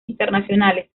internacionales